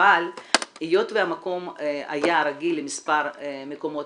אבל היות שהמקום היה רגיל למספר מקומות